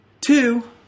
Two